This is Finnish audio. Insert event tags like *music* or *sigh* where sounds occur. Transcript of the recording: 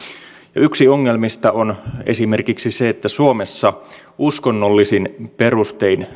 yksi ongelmista on *unintelligible* *unintelligible* *unintelligible* *unintelligible* esimerkiksi se että suomessa uskonnollisin perustein